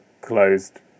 closed